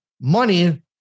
money